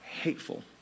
hateful